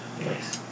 Yes